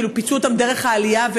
כאילו פיצו אותם דרך העלייה,